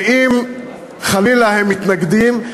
ואם חלילה הם מתנגדים,